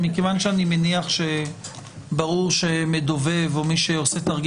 מכיוון שאני מניח שברור שמדובב או מי שעושה תרגיל